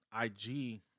IG